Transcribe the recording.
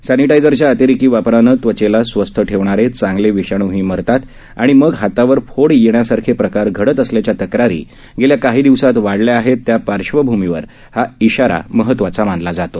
सॅनिटायझरच्या अतिरेकी वापरानं त्वचेला स्वस्थ ठेवणारे चांगले विषाणही मरतात आणि मग हातावर फोड येण्यासारखे प्रकार घडत असल्याच्या तक्रारी गेल्या काही दिवसात वाढल्या आहेत त्या पार्श्वभ्मीवर हा इशारा महत्वाचा मानला जात आहे